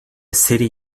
city